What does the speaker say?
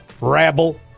rabble